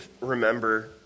remember